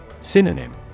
Synonym